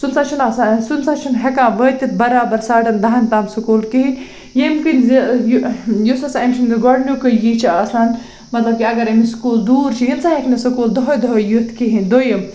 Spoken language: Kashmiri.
سُہ نہ سا چھٕنہٕ آسان سُہ نہ سا چھِنہٕ ہٮ۪کان وٲتِتھ برابر ساڑَن داہَن تام سُکوٗل کِہیٖنۍ ییٚمہِ کِنۍ زِ یہِ یُس ہسا أمۍ سُنٛد گۄڈنیُکٕے یہِ چھِ آسان مطلب کہِ اگر أمِس سُکوٗل دوٗر چھُ یہِ نہ سا ہٮ۪کہِ نہٕ سُکوٗل دۄہَے دۄہَے یِتھ کِہیٖنۍ دۄیِم